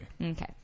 Okay